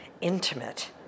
intimate